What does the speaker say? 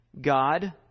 god